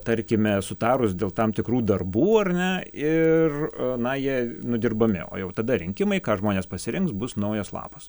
tarkime sutarus dėl tam tikrų darbų ar ne ir na jie nudirbami o jau tada rinkimai ką žmonės pasirinks bus naujas lapas